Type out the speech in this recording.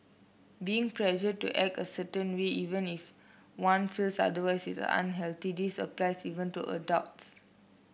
being pressured to act a certain way even if one feels otherwise is unhealthy this applies even to adults